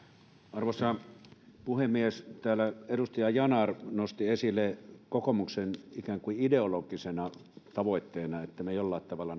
arvoisa puhemies täällä edustaja yanar nosti esille kokoomuksen ikään kuin ideologisena tavoitteena että me jollain tavalla